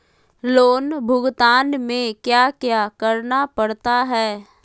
loan भुगतान में क्या क्या करना पड़ता है